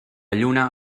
lluna